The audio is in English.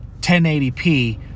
1080p